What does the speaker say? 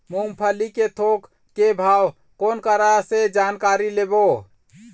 मूंगफली के थोक के भाव कोन करा से जानकारी लेबो?